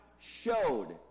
showed